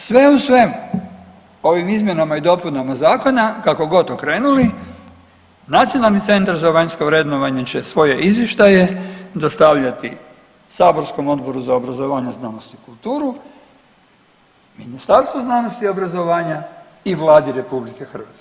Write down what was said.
Sve u svemu ovim izmjenama i dopunama zakona kako god okrenuli nacionalni centar za vanjsko vrednovanje će svoje izvještaje dostavljati saborskom Odboru za obrazovanje, znanost i kulturu, Ministarstvu znanosti i obrazovanja i Vladi RH.